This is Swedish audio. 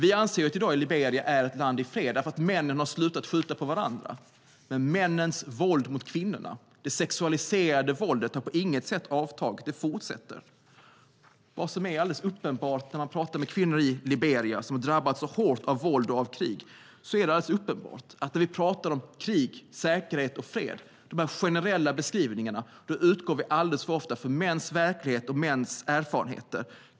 Vi anser att Liberia i dag är ett land i fred eftersom männen har slutat skjuta på varandra, men männens våld mot kvinnorna - det sexualiserade våldet - har på inget sätt avtagit. Det fortsätter. Vid samtal med kvinnor i Liberia, som har drabbats så hårt av våld och krig, är det så uppenbart att vi när vi talar om krig, säkerhet och fred - dessa generella beskrivningar - alldeles för ofta utgår från mäns verklighet och från mäns erfarenheter.